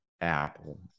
Apple